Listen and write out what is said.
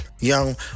young